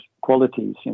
qualities